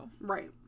Right